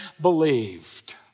believed